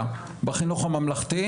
גם - חבר הכנסת לוין - במשפטים.